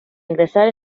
ingresar